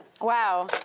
Wow